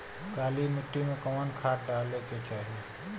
काली मिट्टी में कवन खाद डाले के चाही?